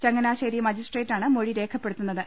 ചങ്ങനാശ്ശേരി മജിസ്ട്രേറ്റാണ് മൊഴി രേഖപ്പെടുത്തുന്ന ത്